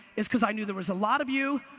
is cause i knew there was a lot of you.